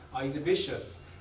exhibitions